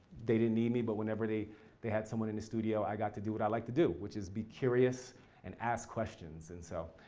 they didn't need me, but whenever they they had someone in the studio, i got to do what i like to do, which is be curious and ask questions. and so